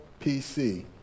PC